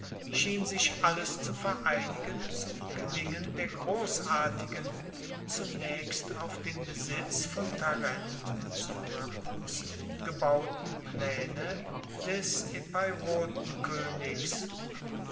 schien sich alles zu vereinigen zum gelingen der grossartigen zunaechst auf den besitz von tarent und syrakus gebauten plaene des